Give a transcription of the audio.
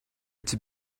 its